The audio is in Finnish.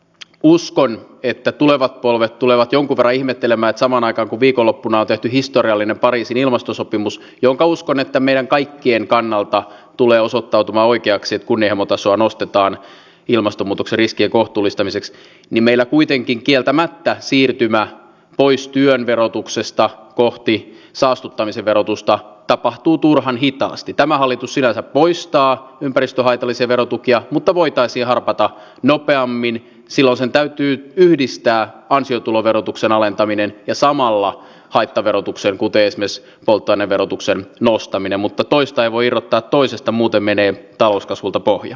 uskon että tulevat polvet tulevat jonkuka ihmettelemään samaan aikaan viikonloppuna tehty historiallinen pariisin ilmastosopimus jonka uskon että meidän kaikkien kannalta tulee osottautu oikeaksi kun emotasoa nostetaan ilmastonmuutoksen riskien kohtuullistamiseksi meillä kuitenkin kieltämättä siirtymää pois työn verotuksesta kohti saastuttamisen verotusta tapahtuu turhan hitaasti tämä hallitus sinänsä poistaa ympäristöhaitallisia verotukia mutta voitaisiin harpata nopeammin silasen täytyy yhdistää ansiotuloverotuksen alentaminen ja samalla haittaverotuksen kuten myös polttoaineverotuksen nostaminen mutta pois tai voi ottaa toisesta muuten menee talouskasvulta pohja